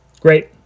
Great